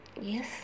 yes